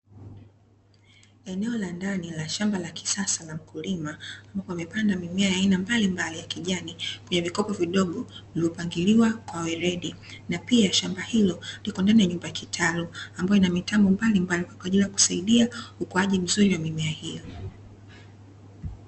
Eneo la bdani la shamba la kisasa la mkulima, Ambapo amepanda mimea ya aina mbalimbali ya kijani kwenye vikopo vidogo iliyopangiliwa kwa weredi na pia shamba hilo liko ndani ya nyumba ya kitalu ambayo ina mitambo mbalimbali kwa ajili ya kusaidia ukuaji wa mimea hiyo.